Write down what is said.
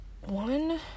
one